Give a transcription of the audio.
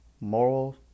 moral